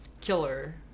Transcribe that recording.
killer